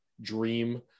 dream